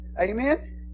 Amen